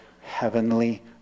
heavenly